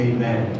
Amen